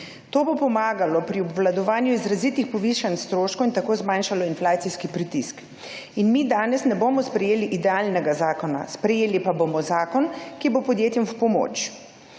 To bo pomagalo pri obvladovanju izrazitih povišanj stroškov in tako zmanjšalo inflacijski pritisk in mi danes ne bomo sprejeli idealnega zakona. Sprejeli pa bomo zakon, ki bo podjetjem v pomoč.